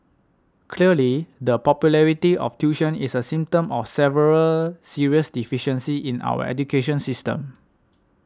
clearly the popularity of tuition is a symptom of several serious deficiencies in our education system